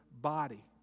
body